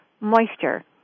Moisture